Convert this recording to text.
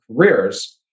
careers